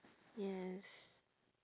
yes